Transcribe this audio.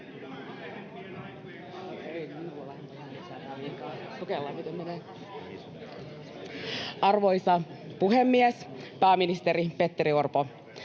Arvoisa puhemies! Pääministeri sanoi viime